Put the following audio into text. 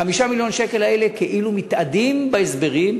5 מיליון השקל האלה כאילו מתאדים בהסברים.